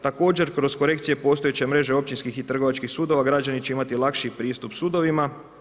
Također kroz korekcije postojeće mreže općinskih i trgovačkih sudova građani će imati lakši pristup sudovima.